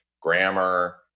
grammar